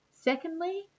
Secondly